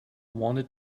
wanted